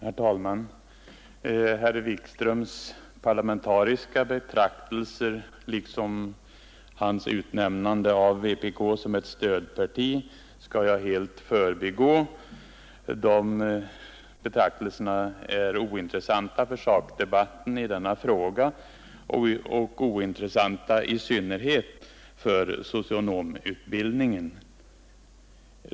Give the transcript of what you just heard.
Herr talman! Herr Wikströms parlamentariska betraktelser liksom hans utnämnande av vpk till ett stödparti skall jag förbigå; de är ointressanta för sakdebatten i denna fråga och i synnerhet för socionomutbildningen.